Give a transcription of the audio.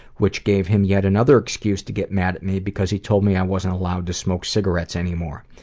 which gave him yet another excuse to get mad at me because he told me i wasn't allowed to smoke cigarettes anymore.